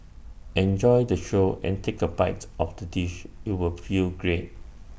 enjoy the show and take A bite of the dish you will feel great